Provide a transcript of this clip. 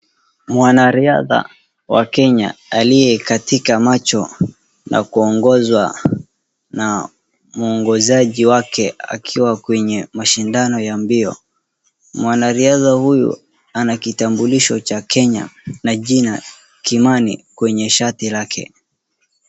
Mwanariadha wa Kenya aliye katika macho na kuongozwa na mwongozaji wake akiwa kwenye mashindano ya mbio. Mwanariadha huyu ana kitambulisho cha Kenya na jina kimani kwenye shati lake.